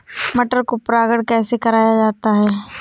मटर को परागण कैसे कराया जाता है?